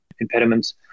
impediments